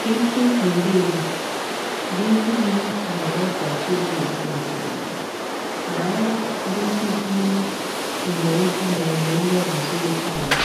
Hiki ni ndizi. Ndizi hizi zimewekwa juu ya meza. Naona ndizi hii imeiva na imeiva vizuri sana.